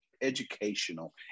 educational